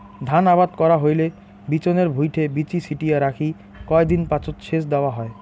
ধান আবাদ করা হইলে বিচনের ভুঁইটে বীচি ছিটিয়া রাখি কয় দিন পাচত সেচ দ্যাওয়া হয়